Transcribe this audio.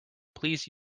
please